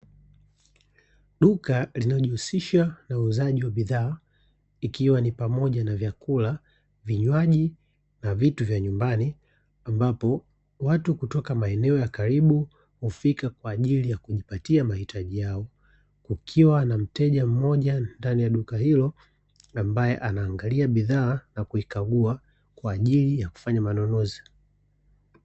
Duka linalojihusisha na uuzaji wa bidhaa, ikiwa ni pamoja na: vyakula, vinywaji, na vitu vya nyumbani; ambapo watu kutoka maeneo ya karibu hufika kwa ajili ya kujipatia mahitaji yao. Kukiwa na mteja mmoja ndani ya duka hilo ambaye anaangalia bidhaa na kuikagua kwa ajili ya kufanya manunuzi.